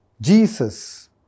Jesus